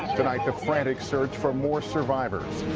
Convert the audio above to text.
tonight the frantic search for more survivors.